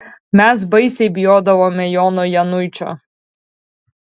mes baisiai bijodavome jono januičio